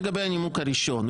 לגבי הנימוק הראשון,